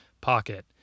pocket